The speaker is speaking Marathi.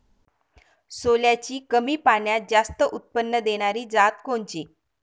सोल्याची कमी पान्यात जास्त उत्पन्न देनारी जात कोनची?